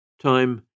Time